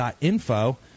info